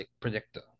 predictor